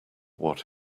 what